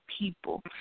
people